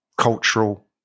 cultural